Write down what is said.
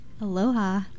Aloha